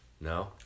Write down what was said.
no